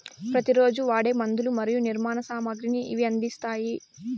ప్రతి రోజు వాడే మందులు మరియు నిర్మాణ సామాగ్రిని ఇవి అందిస్తాయి